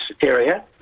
area